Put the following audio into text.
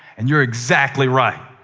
and you're exactly right.